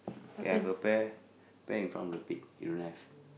okay I have a pair a pair from the pick you don't have